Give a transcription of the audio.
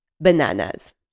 bananas